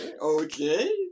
Okay